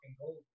gold